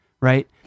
Right